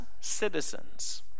citizens